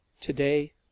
today